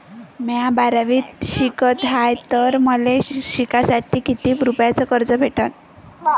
म्या बारावीत शिकत हाय तर मले शिकासाठी किती रुपयान कर्ज भेटन?